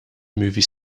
movie